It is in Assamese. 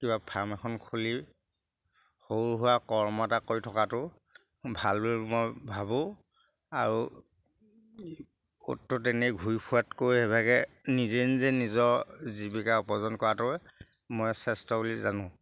কিবা ফাৰ্ম এখন খুলি সৰু সুৰা কৰ্ম এটা কৰি থকাটো ভাল বুলি মই ভাবোঁ আৰু অ'ত ত'ত এনেই ঘূৰি ফুৰাতকৈ সেইভাগে নিজে নিজে নিজৰ জীৱিকা উপাৰ্জন কৰাটোৱে মই শ্ৰেষ্ঠ বুলি জানো